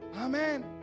Amen